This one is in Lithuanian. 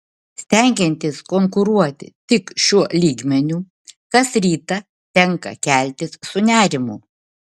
stengiantis konkuruoti tik šiuo lygmeniu kas rytą tenka keltis su nerimu